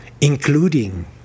including